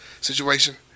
situation